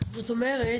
זאת אומרת,